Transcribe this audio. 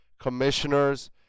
commissioners